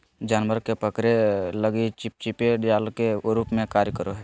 जानवर के पकड़े लगी चिपचिपे जाल के रूप में कार्य करो हइ